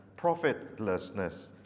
profitlessness